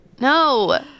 no